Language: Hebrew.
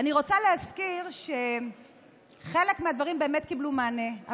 אני רוצה להזכיר שחלק מהדברים באמת קיבלו מענה,